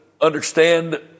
understand